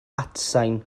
atsain